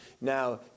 now